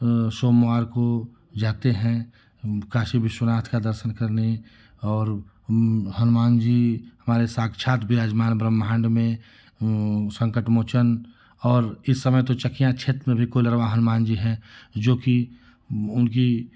सोमवार को जाते हैं काशी विश्वनाथ का दर्शन करने और वह हनुमान जी हमारे साक्षात विराजमान ब्रह्माण्ड में वह संकटमोचन और इस समय तो चकिया क्षेत्र में भी कोइलरबा हनुमान जी हैं जो कि उनकी